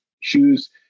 Shoes